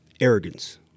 arrogance